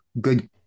good